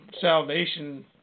salvation